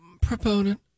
proponent